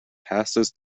passes